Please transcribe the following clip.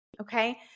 okay